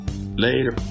Later